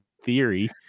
theory